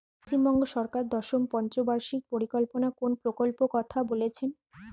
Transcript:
পশ্চিমবঙ্গ সরকার দশম পঞ্চ বার্ষিক পরিকল্পনা কোন প্রকল্প কথা বলেছেন?